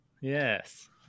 yes